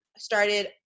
started